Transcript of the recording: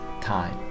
time